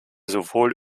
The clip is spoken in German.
sowohl